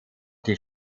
die